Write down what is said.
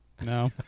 No